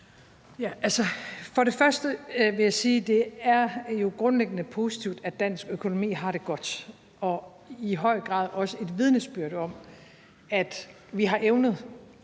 Først vil jeg sige, at det jo grundlæggende er positivt, at dansk økonomi har det godt, og det er i høj grad også et vidnesbyrd om, at vi har evnet